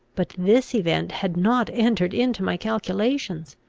but this event had not entered into my calculations.